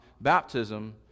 baptism